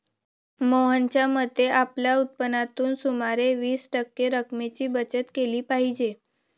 मोहनच्या मते, आपल्या उत्पन्नातून सुमारे वीस टक्के रक्कमेची बचत केली पाहिजे